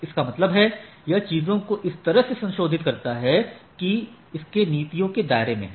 इसका मतलब है यह चीजों को इस तरह से संशोधित करता है जो कि इसके नीतियों के दायरे में है